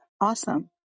awesome